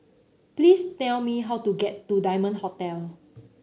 please tell me how to get to Diamond Hotel